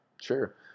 Sure